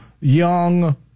young